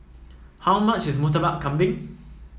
how much is Murtabak Kambing